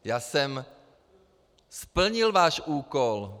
Já jsem splnil váš úkol.